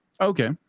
Okay